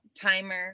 Timer